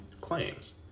claims